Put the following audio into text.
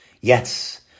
Yes